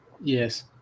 Yes